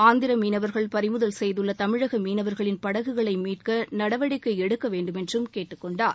ஆந்திரமீனவர்கள் பறிமுதல் செய்துள்ளதமிழகமீனவர்களின் படகுகளைமீட்கநடவடிக்கைஎடுக்கவேண்டுமென்றும் கேட்டுக் கொண்டார்